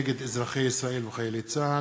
נגד אזרחי ישראל וחיילי צה"ל.